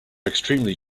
extremely